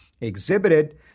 exhibited